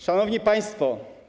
Szanowni Państwo!